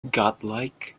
godlike